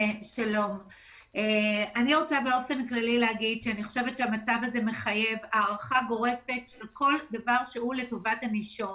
שאני חושבת שהמצב הזה מחייב הארכה גורפת של כל דבר שהוא לטובת הנישום.